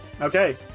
Okay